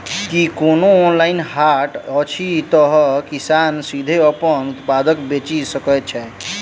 की कोनो ऑनलाइन हाट अछि जतह किसान सीधे अप्पन उत्पाद बेचि सके छै?